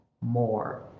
more